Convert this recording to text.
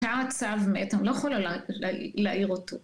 צב מת, אני לא יכולה להעיר אותו.